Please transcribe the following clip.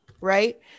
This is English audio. Right